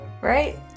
right